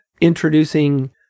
introducing